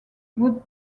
would